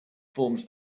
forms